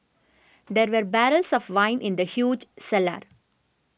there were barrels of wine in the huge cellar